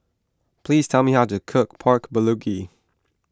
please tell me how to cook Pork Bulugi